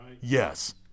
Yes